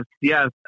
yes